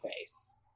face